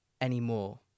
anymore